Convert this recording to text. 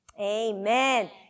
amen